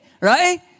right